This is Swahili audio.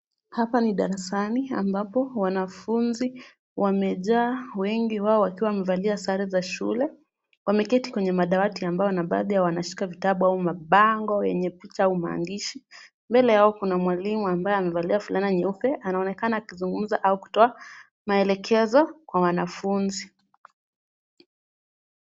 Hapa ni darasani ambapo wanafunzi wamejaa. Wengi wao wakiwa wamevalia sare za shule. Wameketi kwenye madawati ambao baadhi wao wameshika vitabu au mabango yenye picha au maandishi. Mbele yao kuna mwalimu ambaye amevalia fulana nyeupe. Anaonekana akizungumza au kutoa maelekezo kwa wanafunzi.